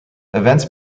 events